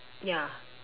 ya